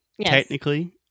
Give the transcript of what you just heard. technically